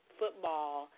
football